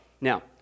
now